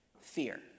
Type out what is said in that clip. Fear